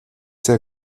sehr